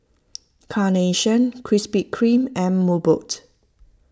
Carnation Krispy Kreme and Mobot